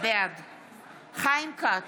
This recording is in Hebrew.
בעד חיים כץ,